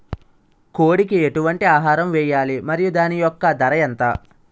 కోడి కి ఎటువంటి ఆహారం వేయాలి? మరియు దాని యెక్క ధర ఎంత?